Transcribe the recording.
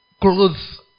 clothes